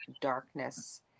darkness